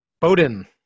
Bowden